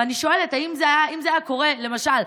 ואני שואלת אם זה היה קורה בצה"ל, למשל,